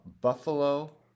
Buffalo